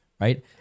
Right